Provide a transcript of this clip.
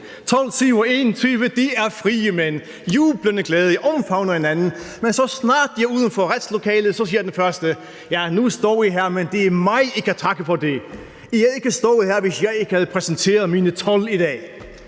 De er frie mænd, jubler af glæde og omfavner hinanden. Men så snart de er ude af retslokalet, siger den første: Nu står I her, men det er mig, I kan takke for det – I havde ikke stået her, hvis jeg ikke havde præsenteret mine 12 cm i dag.